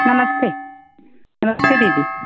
नमस्ते नमस्ते दीदी